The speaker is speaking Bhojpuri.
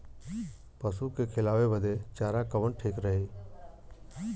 पशु के खिलावे बदे चारा कवन ठीक रही?